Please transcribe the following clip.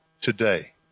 today